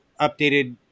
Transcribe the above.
updated